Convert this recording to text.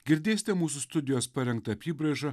girdėsite mūsų studijos parengtą apybraižą